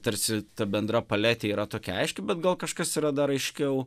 tarsi ta bendra paletė yra tokia aiški bet gal kažkas yra dar aiškiau